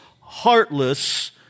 heartless